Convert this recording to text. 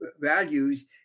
values